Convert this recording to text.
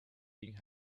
thing